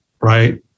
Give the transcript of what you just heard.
right